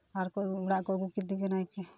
ᱟᱨᱠᱚ ᱚᱲᱟᱜ ᱠᱚ ᱟᱹᱜᱩ ᱠᱮᱫᱮᱜᱮ ᱱᱟᱭᱠᱮ